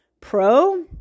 pro